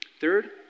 Third